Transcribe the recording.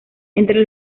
entre